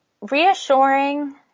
reassuring